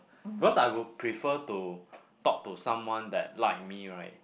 because I would prefer to talk to someone that like me right